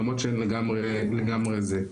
למרות שהן לגמרי זה.